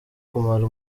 kumara